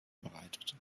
bereitet